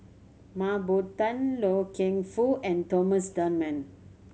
Mah Bow Tan Loy Keng Foo and Thomas Dunman